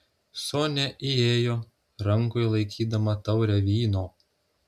sonia įėjo rankoje laikydama taurę vyno